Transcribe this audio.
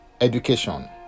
education